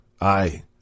I